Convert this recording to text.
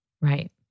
Right